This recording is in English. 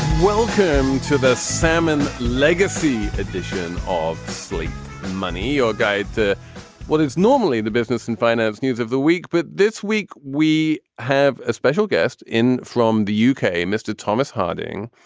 welcome to the salmon legacy edition of sleep and money, your guide to what it's normally the business and finance news of the week but this week we have a special guest in from the u k, mr. thomas harding.